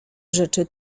rzeczy